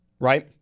right